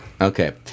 Okay